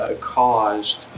caused